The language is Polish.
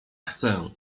chcę